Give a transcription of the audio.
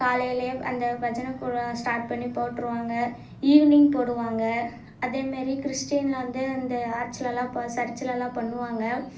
காலையிலயே அந்த பஜனை குழா ஸ்டார்ட் பண்ணி போட்ருவாங்க ஈவினிங் போடுவாங்க அதேமாரி கிறிஸ்டினில் வந்து இந்த ஆர்சில எல்லாம் சர்ச்சில எல்லாம் பண்ணுவாங்க